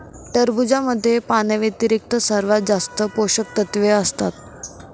खरबुजामध्ये पाण्याव्यतिरिक्त सर्वात जास्त पोषकतत्वे असतात